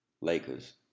Lakers